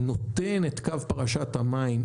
שנותן את קו פרשת המים,